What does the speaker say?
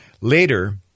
Later